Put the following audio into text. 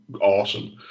awesome